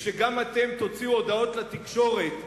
וכשגם אתם תוציאו הודעות לתקשורת,